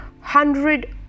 hundred